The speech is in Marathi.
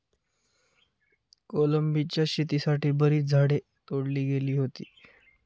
कोलंबीच्या शेतीसाठी बरीच झाडे तोडली गेली होती